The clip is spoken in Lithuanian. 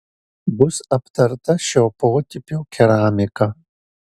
bus aptarta šio potipio keramika